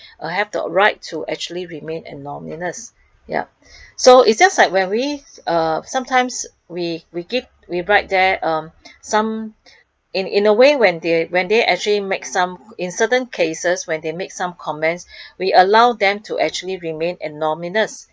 uh have the right to actually remain anonymous yup so it just like when we uh sometimes we we give we write there uh some in in a way when they actually make some in certain cases when they make some comments we allow them to actually remain anonymous